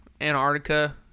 Antarctica